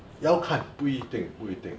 要看不一定不一定